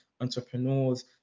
entrepreneurs